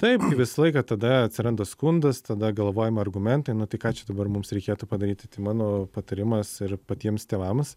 taip tai visą laiką tada atsiranda skundas tada galvojami argumentai nu tai ką čia dabar mums reikėtų padaryti tai mano patarimas ir patiems tėvams